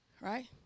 Right